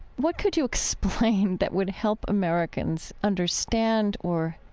what could you explain that would help americans understand or,